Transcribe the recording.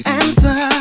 answer